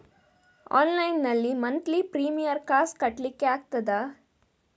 Online ನಲ್ಲಿ monthly premier ಕಾಸ್ ಕಟ್ಲಿಕ್ಕೆ ಆಗ್ತದಾ?